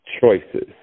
choices